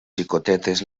xicotetes